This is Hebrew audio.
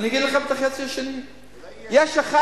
יש אחד